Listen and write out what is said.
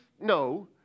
No